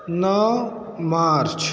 नौ मार्च